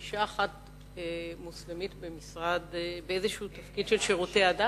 אשה מוסלמית אחת במשרד בתפקיד כלשהו של שירותי הדת,